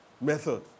method